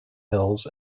hills